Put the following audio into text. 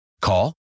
Call